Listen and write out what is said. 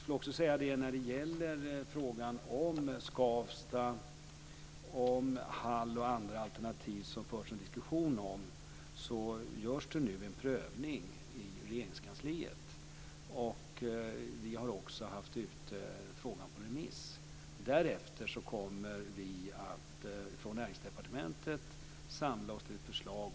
Det görs nu en prövning i Regeringskansliet om frågan om Skavsta, Hall och andra alternativ som det förs en diskussion om. Vi har också haft ute frågan på remiss. Därefter kommer vi att från Näringsdepartementet samla oss till ett förslag.